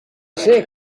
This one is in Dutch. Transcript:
zijn